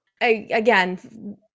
Again